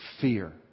fear